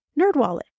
Nerdwallet